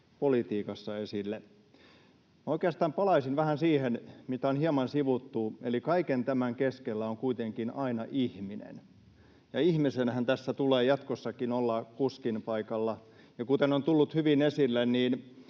politiikassa esille. Oikeastaan palaisin vähän siihen, mitä on hieman sivuttu, eli kaiken tämän keskellä on kuitenkin aina ihminen, ja ihmisenhän tässä tulee jatkossakin olla kuskin paikalla. Kuten on tullut hyvin esille,